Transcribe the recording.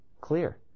Clear